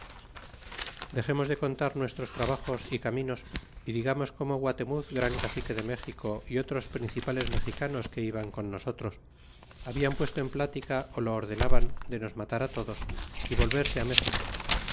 dexemos de contar nuestros trabajos y caminos y digamos como guaternuz nran cacique de méxico y otros principales mexicanos que iban con nosotros habian puesto en plática ó lo ordenaban de nos matar á todos y volverse méxico